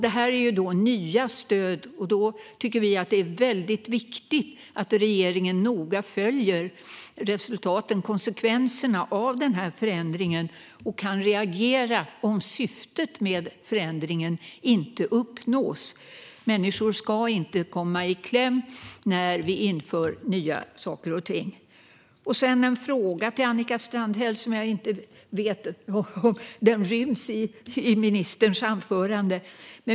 Eftersom det är nya stöd är det viktigt att regeringen noga följer konsekvenserna av denna förändring och kan reagera om syftet med förändringen inte uppnås. Människor ska inte komma i kläm när vi inför nya saker. Jag har en fråga till Annika Strandhäll, som jag inte vet om den ryms i ministerns anförande.